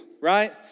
right